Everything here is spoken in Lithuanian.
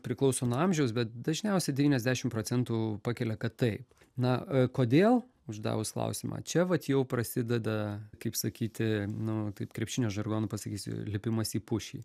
priklauso nuo amžiaus bet dažniausiai devyniasdešim procentų pakelia kad taip na kodėl uždavus klausimą čia vat jau prasideda kaip sakyti nu taip krepšinio žargonu pasakysiu lipimas į pušį